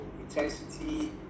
intensity